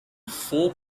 four